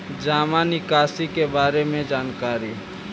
जामा निकासी के बारे में जानकारी?